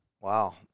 Wow